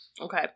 Okay